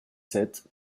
sept